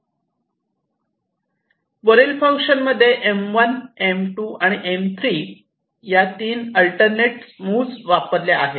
वरील फंक्शन मध्ये M1 M2 आणि M3 या तीन अल्टरनेट मूव्ह वापरल्या आहे